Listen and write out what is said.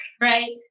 right